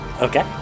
Okay